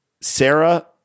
Sarah